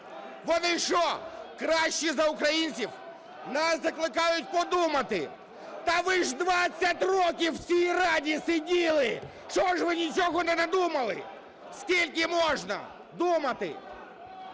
Вони що, кращі за українців? Нас закликають подумати. Та ви ж 20 років в цій Раді сиділи, що ж ви нічого не надумали? Скільки можна думати?